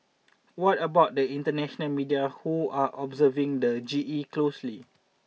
what about the international media who are observing the G E closely